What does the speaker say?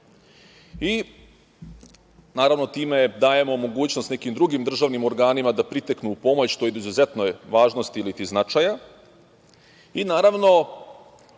i naravno time dajemo mogućnost nekim drugim državnim organima da priteknu u pomoć, to je od izuzetne važnosti iliti značaja, i naravno